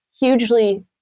hugely